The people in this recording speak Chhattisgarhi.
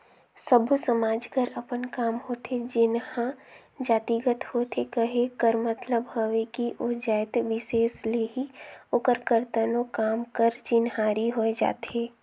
सब्बो समाज कर अपन काम होथे जेनहा जातिगत होथे कहे कर मतलब हवे कि ओ जाएत बिसेस ले ही ओकर करतनो काम कर चिन्हारी होए जाथे